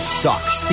sucks